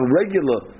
regular